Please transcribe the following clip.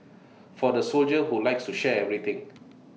for the soldier who likes to share everything